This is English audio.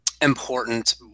important